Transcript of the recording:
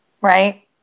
Right